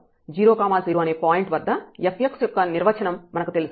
0 0 అనే పాయింట్ వద్ద fx యొక్క నిర్వచనం మనకు తెలుసు